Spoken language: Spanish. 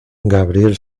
gabriel